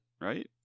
right